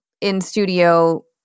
in-studio